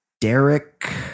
Derek